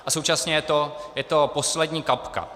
A současně je to poslední kapka.